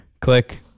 Click